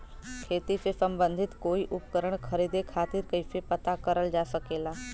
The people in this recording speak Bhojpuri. खेती से सम्बन्धित कोई उपकरण खरीदे खातीर कइसे पता करल जा सकेला?